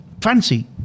fancy